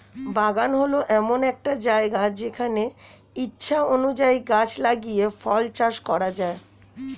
বাগান হল এমন একটা জায়গা যেখানে ইচ্ছা অনুযায়ী গাছ লাগিয়ে ফল চাষ করা যায়